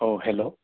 अ हेल'